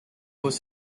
was